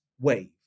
wave